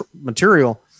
material